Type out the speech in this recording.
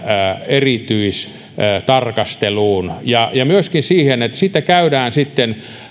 erityistarkasteluun ja ja myöskin siinä että niistä käydään sitten keskustelua